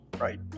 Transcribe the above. Right